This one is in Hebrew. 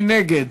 מי נגד?